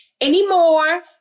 anymore